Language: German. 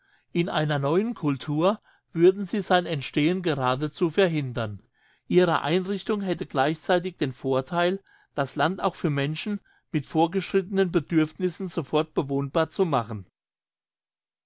in einer neuen cultur würden sie sein entstehen geradezu verhindern ihre einrichtung hätte gleichzeitig den vortheil das land auch für menschen mit vorgeschrittenen bedürfnissen sofort bewohnbar zu machen